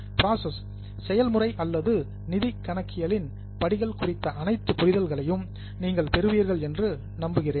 process செயல்முறை அல்லது நிதி கணக்கியலின் படிகள் குறித்த அனைத்து புரிதல்களையும் நீங்கள் பெறுவீர்கள் என்று நம்புகிறேன்